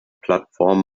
plattform